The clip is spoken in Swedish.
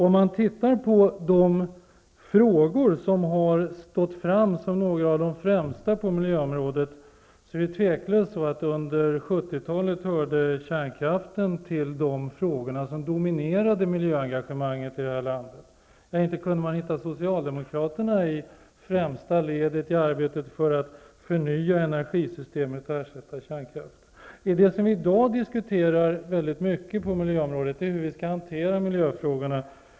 Om man ser till de frågor som har framstått som några av de främsta på miljöområdet hörde tveklöst frågan om kärnkraften till dem som dominerade miljöengagemanget i landet. Inte kunde man hitta Socialdemokraterna i främsta ledet i arbetet för att förnya energisystemet och ersätta kärnkraften. Det som vi i dag diskuterar väldigt mycket på miljöområdet är hur vi skall hantera miljöfrågorna.